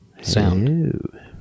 sound